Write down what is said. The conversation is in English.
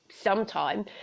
sometime